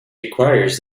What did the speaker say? requires